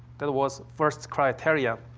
that was first criteria.